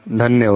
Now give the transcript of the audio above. धन्यवाद